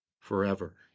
forever